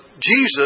Jesus